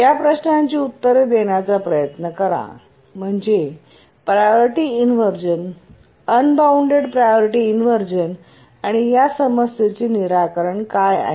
या प्रश्नांची उत्तरे देण्याचा प्रयत्न करा म्हणजे प्रायोरिटी इन्व्हर्जन अन बॉऊण्डेड प्रायोरिटी इन्व्हर्जन आणि या समस्येचे निराकरण काय आहे